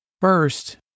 First